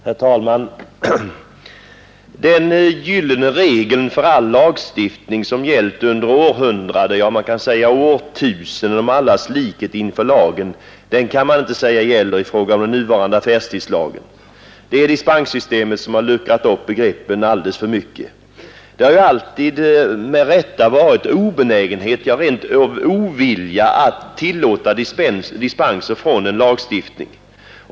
Herr talman! Den gyllene regeln för all lagstiftning — som gällt under århundraden, ja, man kan säga under årtusenden — om allas likhet inför lagen kan man inte säga gäller i fråga om den nuvarande affärstidslagen. Det är dispenssystemet som har luckrat upp begreppen alldeles för mycket. Det har ju alltid, med rätta, rått obenägenhet, ja, rent av ovilja mot att tillåta dispenser från en lagstiftning.